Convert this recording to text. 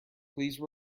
please